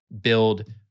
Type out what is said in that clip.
build